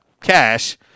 cash